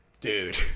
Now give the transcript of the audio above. dude